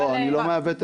אני לא מעוות.